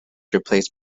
replaced